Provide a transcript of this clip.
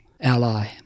ally